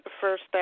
first